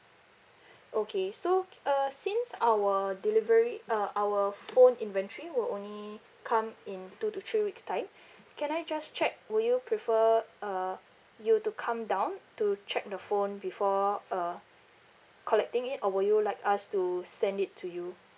okay so uh since our delivery uh our phone inventory will only come in two to three weeks' time can I just check would you prefer uh you to come down to check the phone before uh collecting it or would you like us to send it to you